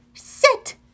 Sit